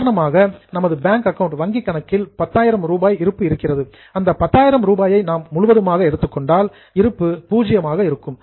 உதாரணமாக நமது bank account வங்கிக் கணக்கில் 10000 ரூபாய் இருப்பு இருக்கிறது இந்த 10000 ரூபாயை நாம் முழுவதுமாக எடுத்துக்கொண்டால் இருப்பு 0 ஆக இருக்கும்